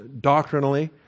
doctrinally